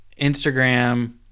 Instagram